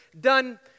done